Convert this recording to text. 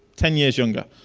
ten years younger.